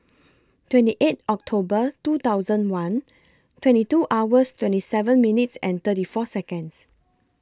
twenty eight October two thousand one twenty two hours twenty seven minutes thirty four Seconds